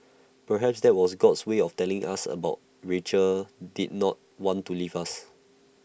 perhaps that was God's way of telling us that Rachel did not want to leave us